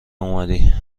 اومدی